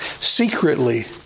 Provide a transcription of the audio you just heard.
secretly